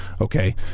Okay